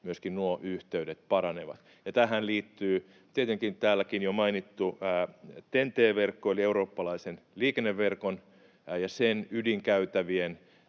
nuo yhteydet paranevat. Tähän liittyy tietenkin täälläkin jo mainittu TEN-T-verkko eli eurooppalaisen liikenneverkon ja sen ydinkäytävien